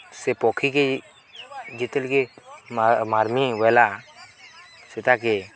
ସେ ପକ୍ଷୀକେ ଯେତେବେଲେକେ ମାରମି ବୋଇଲା ସେଟାକେ